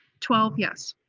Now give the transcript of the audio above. twelve yes.